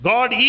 God